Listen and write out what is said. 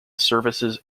services